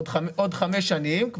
עוד חמש שנים.